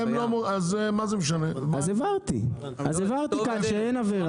אז הבהרתי כאן שאין עבירה.